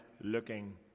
looking